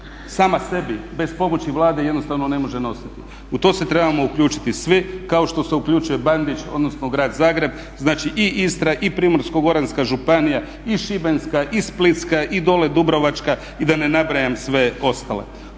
sama sebi bez pomoći Vlade jednostavno ne može nositi. U to se trebamo uključiti svi kao što se uključuje Bandić odnosno Grad Zagreb. Znači i Istra i Primorsko-goranska županija i Šibenska i Splitska i dole Dubrovačka i da ne nabrajam sve ostale.